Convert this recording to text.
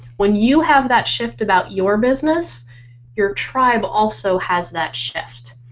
when you have that shift about your business your tribe also has that shift.